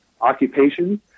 occupations